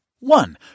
One